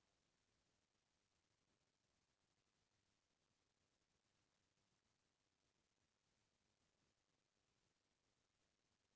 कोनो जघा लोन के लेए म किस्ती ल तय बेरा म भरे बर परथे नइ देय ले मनसे के सिविल खराब हो जाथे